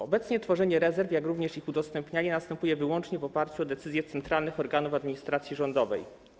Obecnie tworzenie rezerw, jak również ich udostępnianie następuje wyłącznie w oparciu o decyzje centralnych organów administracji rządowej.